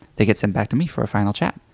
they get sent back to me for a final chat.